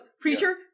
preacher